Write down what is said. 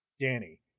Danny